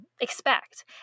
expect